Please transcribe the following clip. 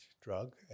drug